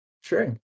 Sure